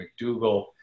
McDougall